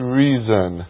reason